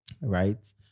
Right